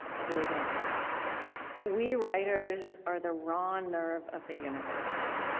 i believe, in a class we writers are the raw nerve of the universe.